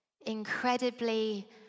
incredibly